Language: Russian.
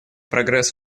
прогресс